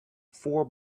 four